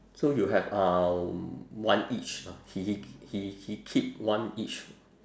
so you have um one each lah he he he he keep one each